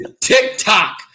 TikTok